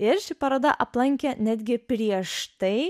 ir ši paroda aplankė netgi prieš tai